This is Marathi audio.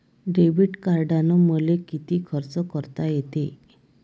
डेबिट कार्डानं मले किती खर्च करता येते?